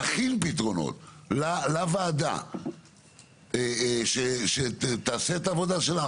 להכין פתרונות לוועדה שתעשה את העבודה שלה.